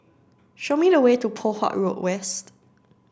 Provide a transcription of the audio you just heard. show me the way to Poh Huat Road West